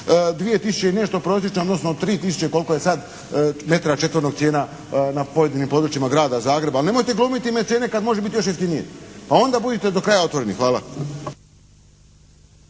tisuće i nešto prosječno odnosno 3 tisuće koliko je sad metra četvornog cijena na pojedinim područjima grada Zagreba. Ali nemojte glumiti mecene kad može biti još jeftinije. Pa onda budite do kraja otvoreni. Hvala.